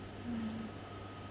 mm